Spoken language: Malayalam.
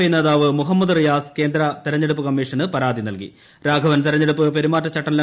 ഐ നേ താവ് മുഹമ്മദ് റിയാസ് കേന്ദ്ര തെരഞ്ഞെടുപ്പ് കമ്മീഷന് പരാ തെരഞ്ഞെടുപ്പ് പെരുമാറ്റച്ചട്ടം തി നൽകി